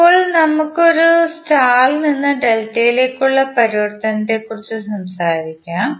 ഇപ്പോൾ നമുക്ക് സ്റ്റാർ ഇൽ നിന്ന് ഡെൽറ്റ ലേക്ക് ഉള്ള പരിവർത്തനത്തെക്കുറിച്ച് സംസാരിക്കാം